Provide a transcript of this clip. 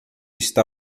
está